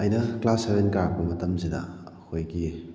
ꯑꯩꯅ ꯀ꯭ꯂꯥꯁ ꯁꯕꯦꯟ ꯀꯥꯔꯛꯄ ꯃꯇꯝꯁꯤꯗ ꯑꯩꯈꯣꯏꯒꯤ